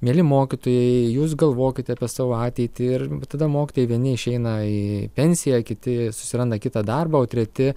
mieli mokytojai jūs galvokit apie savo ateitį ir tada kai vieni išeina į pensiją kiti susiranda kitą darbą o treti